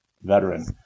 veteran